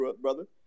brother